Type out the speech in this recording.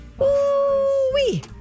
Ooh-wee